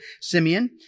Simeon